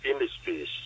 industries